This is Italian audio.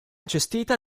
gestita